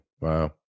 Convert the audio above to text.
Wow